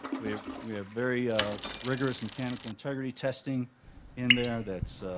we we have very ah rigorous mechanical integrity testing in there that is